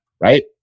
right